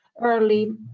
early